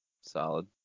Solid